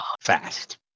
Fast